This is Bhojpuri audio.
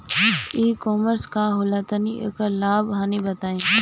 ई कॉमर्स का होला तनि एकर लाभ हानि बताई?